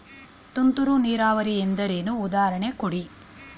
ತುಂತುರು ನೀರಾವರಿ ಎಂದರೇನು, ಉದಾಹರಣೆ ಕೊಡಿ?